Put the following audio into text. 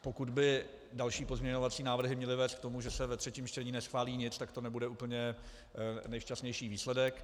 Pokud by další pozměňovací návrhy měly vést k tomu, že se ve třetím čtení neschválí nic, tak to nebude úplně nejšťastnější výsledek.